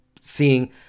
seeing